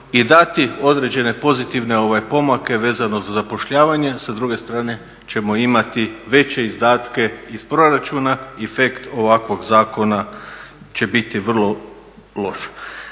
dati određene pozitivne pomake vezano za zapošljavanje sa druge strane ćemo imati veće izdatke iz proračuna i efekt ovakvog zakona će biti vrlo loš.